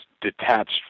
detached